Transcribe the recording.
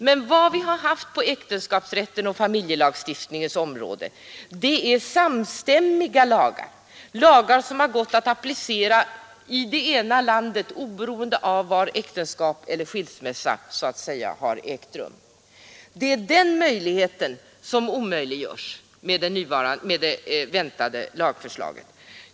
Men vad vi har haft på äktenskapsrättens och familjelagstiftningens område har varit samstämmiga lagar, lagar som har gått att applicera i vart och ett av de nordiska länderna oberoende av var äktenskap har ingåtts eller skilsmässa ägt rum. Det är detta som omöjliggörs med det väntade lagförslaget.